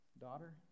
Daughter